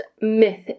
myth